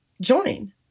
join